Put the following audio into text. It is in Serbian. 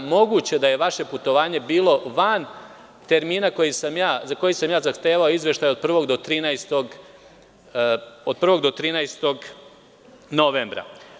Moguće da je vaše putovanje bilo van termina za koji sam ja zahtevao izveštaj od 1. do 13. novembra.